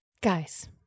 Guys